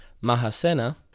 Mahasena